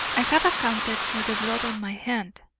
i have accounted for the blood on my hand,